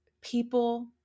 people